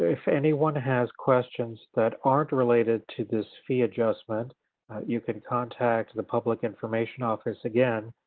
if anyone has questions that aren't related to this fee adjustment you can contact the public information office, again,